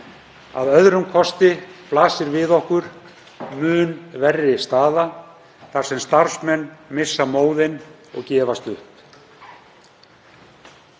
Að öðrum kosti blasir við okkur mun verri staða, þar sem starfsmenn missa móðinn og gefast upp.